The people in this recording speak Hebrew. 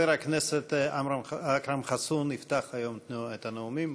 חבר הכנסת אכרם חסון יפתח היום את הנאומים,